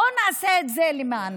בואו נעשה את זה למענן.